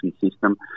system